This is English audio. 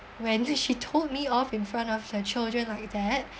when she told me off in front of the children like that